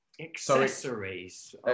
accessories